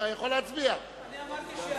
אני אמרתי,